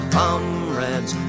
comrades